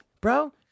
bro